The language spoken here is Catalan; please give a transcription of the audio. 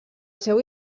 seu